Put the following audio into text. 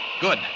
good